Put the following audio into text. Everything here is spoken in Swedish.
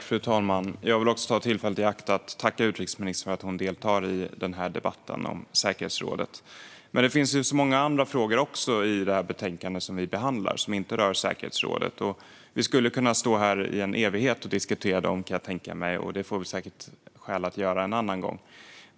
Fru talman! Även jag vill ta tillfället i akt att tacka utrikesministern för att hon deltar i denna debatt om säkerhetsrådet. Det finns dock många frågor i betänkandet som inte rör säkerhetsrådet. Vi skulle kunna diskutera dem i en evighet, och det får vi säkert skäl att göra en annan gång.